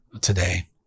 today